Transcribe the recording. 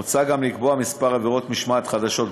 מוצע גם לקבוע כמה עבירות משמעת חדשות.